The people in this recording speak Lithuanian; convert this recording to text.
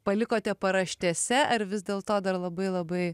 palikote paraštėse ar vis dėlto dar labai labai